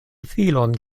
filon